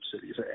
cities